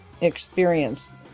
experience